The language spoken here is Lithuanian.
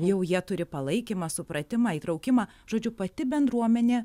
jau jie turi palaikymą supratimą įtraukimą žodžiu pati bendruomenė